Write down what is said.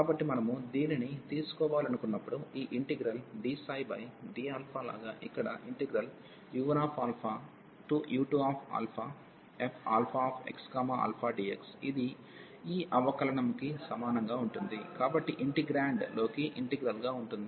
కాబట్టి మనము దీనిని తీసుకోవాలనుకున్నప్పుడు ఈ ఇంటిగ్రల్ ddలాగా ఇక్కడ u1u2fxαdx ఇది ఈ అవకలనంకి సమానంగా ఉంటుంది కాబట్టి ఇంటిగ్రేండ్లోకి ఇంటిగ్రల్గా ఉంటుంది